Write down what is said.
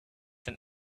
and